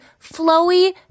flowy